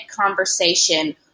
conversation